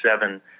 seven